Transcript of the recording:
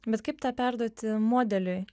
bet kaip tą perduoti modeliui